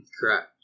Correct